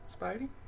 Spidey